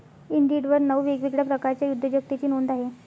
इंडिडवर नऊ वेगवेगळ्या प्रकारच्या उद्योजकतेची नोंद आहे